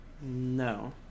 No